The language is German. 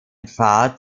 pfad